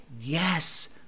Yes